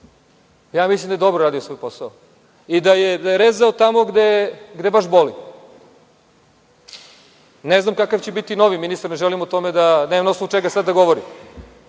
Ja mislim da je dobro radio svoj posao i da je rezao tamo gde baš boli. Ne znam kakav će biti novi ministar, ne želim da o tome da… Nemam na osnovu čega da govorim.